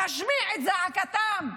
להשמיע את זעקתם.